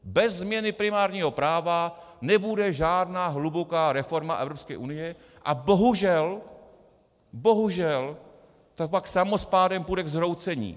Bez změny primárního práva nebude žádná hluboká reforma Evropské unie a bohužel to pak samospádem půjde k zhroucení.